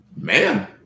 man